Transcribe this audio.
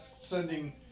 sending